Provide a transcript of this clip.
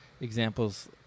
examples